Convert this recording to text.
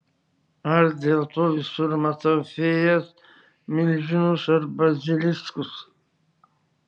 ar dėl to visur matau fėjas milžinus ar baziliskus